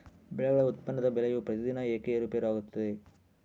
ಬೆಳೆಗಳ ಉತ್ಪನ್ನದ ಬೆಲೆಯು ಪ್ರತಿದಿನ ಏಕೆ ಏರುಪೇರು ಆಗುತ್ತದೆ?